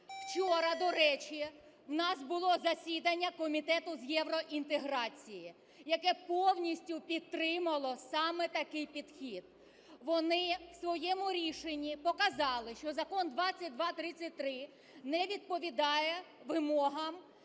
Вчора, до речі, у нас було засідання Комітету з євроінтеграції, яке повністю підтримало саме такий підхід, вони у своєму рішенні показали, що закон 2233 не відповідає вимогам